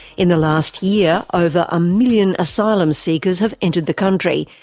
in the last year, over a million asylum seekers have entered the country,